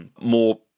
more